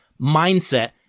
mindset